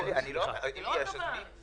זה לא רק הבנק,